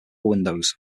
windows